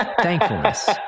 thankfulness